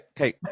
okay